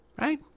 right